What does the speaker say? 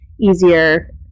easier